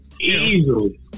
easily